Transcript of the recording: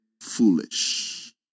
foolish